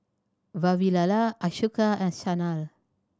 Vavilala Ashoka and Sanal